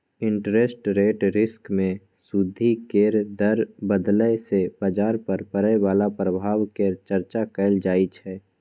interest rate risk मे सूदि केर दर बदलय सँ बजार पर पड़य बला प्रभाव केर चर्चा कएल जाइ छै